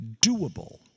doable